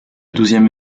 douzième